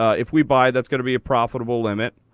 ah if we buy, that's gonna be a profitable limit.